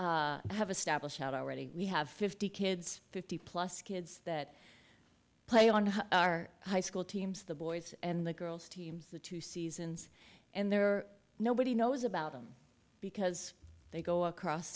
we have established already we have fifty kids fifty plus kids that play on our high school teams the boys and the girls teams the two seasons and they're nobody knows about them because they go across